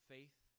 Faith